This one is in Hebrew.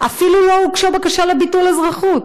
אפילו לא הוגשה בקשה לביטול אזרחות.